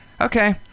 Okay